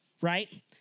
right